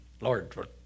Lord